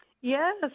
yes